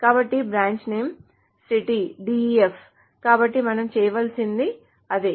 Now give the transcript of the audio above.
కాబట్టి branch name city DEF కాబట్టి మనం చేయవలసినది అదే